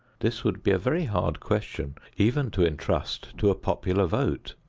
this would be a very hard question even to entrust to a popular vote.